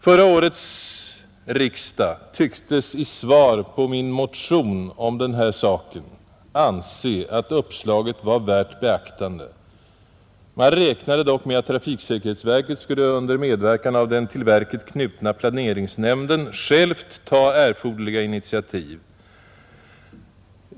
Förra årets riksdag tycktes i svar på min motion om den här saken anse att uppslaget var värt beaktande. Man räknade dock med att trafiksäkerhetsverket skulle, under medverkan av den till verket knutna planeringsnämnden, självt ta erforderliga initiativ.